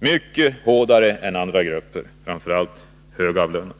mycket hårdare än andra grupper — framför allt de högavlönade.